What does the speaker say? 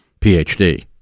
phd